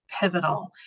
pivotal